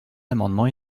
amendements